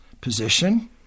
position